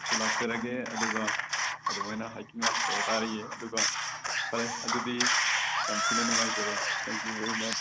ꯑꯩꯁꯨ ꯂꯥꯛꯆꯔꯒꯦ ꯑꯗꯨꯒ ꯑꯨꯃꯥꯏꯅ ꯍꯥꯏꯀꯤꯡ ꯂꯥꯛꯆꯕ ꯇꯥꯔꯤꯌꯦ ꯑꯗꯨꯒ ꯐꯔꯦ ꯑꯗꯨꯗꯤ ꯌꯥꯝ ꯊꯤꯅ ꯅꯨꯡꯉꯥꯏꯖꯔꯦ ꯊꯦꯡꯀ꯭ꯌꯨ ꯕꯦꯔꯤ ꯃꯁ